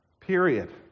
Period